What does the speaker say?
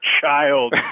child